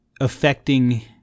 affecting